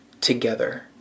together